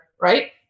right